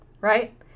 right